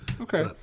okay